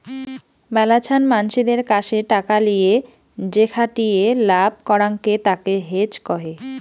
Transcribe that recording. মেলাছান মানসিদের কাসে টাকা লিয়ে যেখাটিয়ে লাভ করাঙকে তাকে হেজ কহে